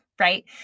right